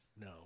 no